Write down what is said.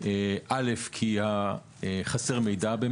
ראשית כי חסר מידע.